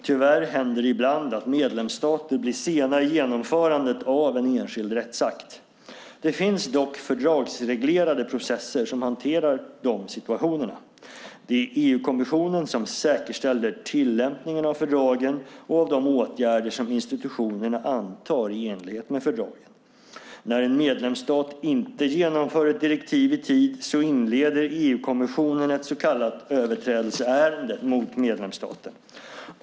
Tyvärr händer det ibland att medlemsstater blir sena i genomförandet av en enskild rättsakt. Det finns dock fördragsreglerade processer som hanterar de situationerna. Det är EU-kommissionen som säkerställer tillämpningen av fördragen och av de åtgärder som institutionerna antar i enlighet med fördragen. När en medlemsstat inte genomför ett direktiv i tid inleder EU-kommissionen ett så kallat överträdelseärende mot medlemsstaten.